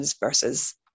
versus